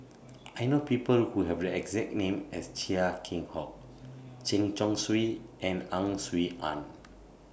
I know People Who Have The exact name as Chia Keng Hock Chen Chong Swee and Ang Swee Aun